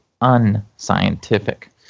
unscientific